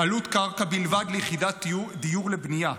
עלות קרקע בלבד ליחידת דיור לבנייה,